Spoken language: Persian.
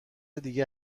دیگه